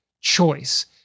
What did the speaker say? choice